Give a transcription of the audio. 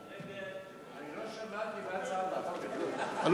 אני לא שמעתי מה הצעת החוק,